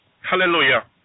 Hallelujah